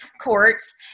courts